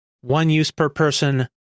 one-use-per-person